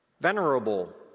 venerable